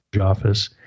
office